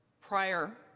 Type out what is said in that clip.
prior